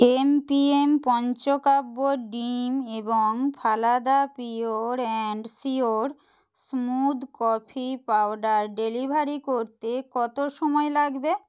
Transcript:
MPM পঞ্চকাব্য ডিম এবং ফালাদা pure and sure smooth coffee powder delivery করতে কত সময় লাগবে